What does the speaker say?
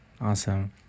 Awesome